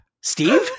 steve